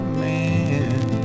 man